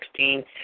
2016